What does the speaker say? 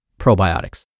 probiotics